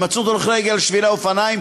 הימצאות הולכי הרגל על שביל האופניים